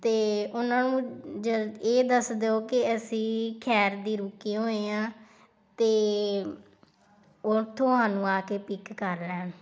ਅਤੇ ਉਹਨਾਂ ਨੂੰ ਜ ਇਹ ਦੱਸ ਦਿਓ ਕਿ ਅਸੀਂ ਖੈਰਦੀ ਰੁਕੇ ਹੋਏ ਹਾਂ ਅਤੇ ਉੱਥੋਂ ਸਾਨੂੰ ਆ ਕੇ ਪਿੱਕ ਕਰ ਲੈਣ